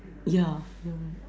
yeah you are right